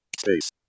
space